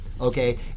okay